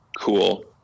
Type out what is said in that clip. cool